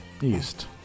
East